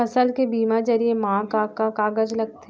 फसल के बीमा जरिए मा का का कागज लगथे?